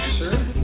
sure